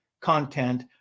content